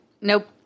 Nope